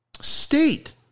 state